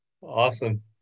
Awesome